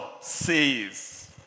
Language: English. says